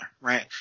right